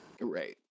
right